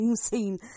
scene